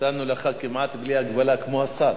נתנו לך כמעט בלי הגבלה, כמו השר.